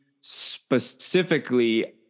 specifically